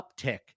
uptick